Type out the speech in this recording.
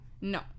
no